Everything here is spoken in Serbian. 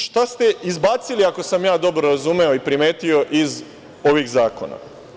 Šta ste izbacili, ako sam ja dobro razumeo i primetio, iz ovih zakona?